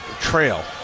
trail